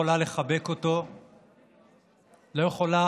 שאני מחזיק אותו ואני באמת כל כך מאושר,